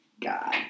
God